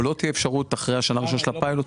אבל לא תהיה אפשרות אחרי השנה הראשונה של הפיילוט.